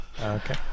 Okay